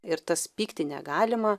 ir tas pykti negalima